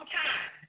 time